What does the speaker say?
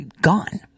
Gone